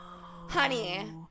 Honey